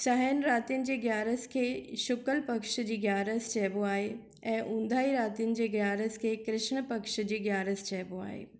सहायनि रातिनि जी ॻ्यारस खे शुकल पक्ष जी ॻ्यारस चइबो आहे ऐं ऊंदाहि रातिनि जी ॻ्यारस खे कृष्ण पक्ष जी ॻ्यारस चइबो आहे